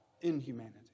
inhumanity